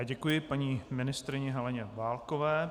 Děkuji paní ministryni Heleně Válkové.